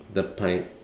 the pine